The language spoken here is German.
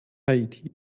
haiti